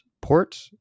port